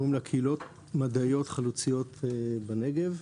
וקוראים לה קהילות מדעיות חלוציות בנגב.